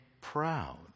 proud